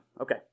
Okay